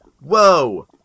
whoa